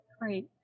great